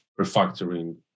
refactoring